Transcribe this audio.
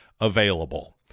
available